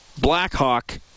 Blackhawk